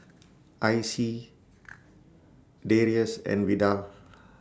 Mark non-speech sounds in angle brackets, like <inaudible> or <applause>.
Icey <noise> Darius and Vidal